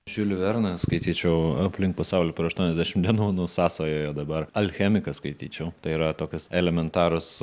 žiulį verną skaityčiau aplink pasaulį per aštuoniasdešimt dienų nu sąsaja dabar alchemiką skaityčiau tai yra tokios elementarios